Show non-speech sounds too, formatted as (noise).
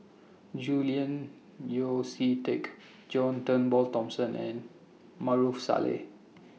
(noise) Julian Yeo See Teck (noise) John Turnbull Thomson and Maarof Salleh